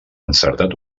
encertat